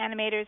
animators